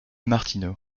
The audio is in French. martino